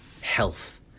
health